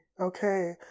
okay